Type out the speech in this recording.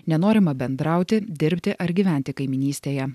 nenorima bendrauti dirbti ar gyventi kaimynystėje